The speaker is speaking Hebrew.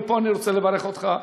ופה אני רוצה לברך אותך,